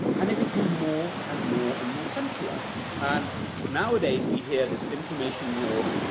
and it became more and more and more centralized. and nowadays we hear this information war